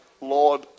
Lord